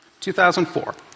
2004